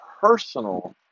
personal